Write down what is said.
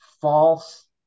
false